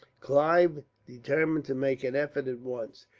clive determined to make an effort, at once,